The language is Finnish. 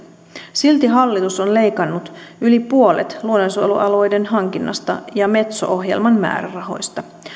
silti hallitus on leikannut yli puolet luonnonsuojelualueiden hankinnasta ja metso ohjelman määrärahoista